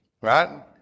Right